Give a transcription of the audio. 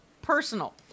personal